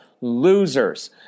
Losers